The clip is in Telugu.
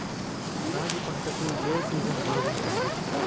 రాగి పంటకు, ఏ సీజన్ బాగుంటుంది?